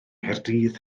nghaerdydd